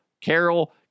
Carol